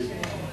אני מקשיב.